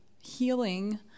healing